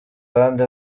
abandi